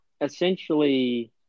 essentially